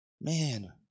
man